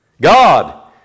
God